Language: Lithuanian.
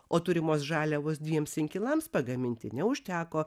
o turimos žaliavos dviems inkilams pagaminti neužteko